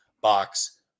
box